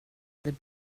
det